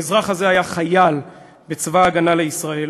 האזרח הזה היה חייל בצבא ההגנה לישראל,